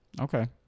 Okay